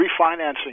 refinancing